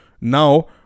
now